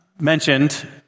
mentioned